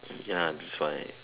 ya that's why